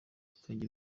bakajya